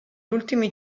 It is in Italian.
ultimi